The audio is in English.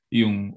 yung